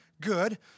good